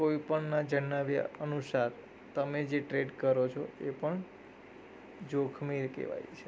કોઈપણના જણાવ્યા અનુસાર તમે જે ટ્રેડ કરો છો એ પણ જોખમી કહેવાય છે